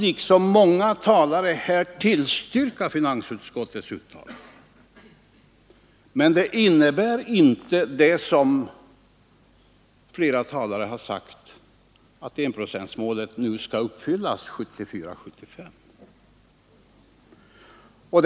Liksom många andra talare här vill jag tillstyrka finansutskottets uttalande, men det innebär inte det som flera talare har sagt, att enprocentsmålet skall uppfyllas 1974/75.